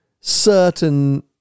certain